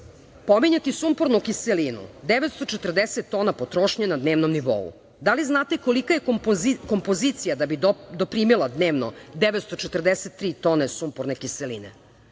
drugo. Pominjati sumpornu kiselinu, 940 tona potrošnje na dnevnom nivou. Da li znate kolika je kompozicija da bi doprimila dnevno 943 tone sumporne kiseline?